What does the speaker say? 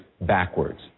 backwards